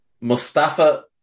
Mustafa